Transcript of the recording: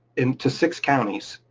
into six counties,